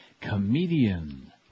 comedian